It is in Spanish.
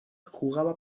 jugaba